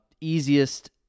easiest